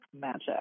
Magic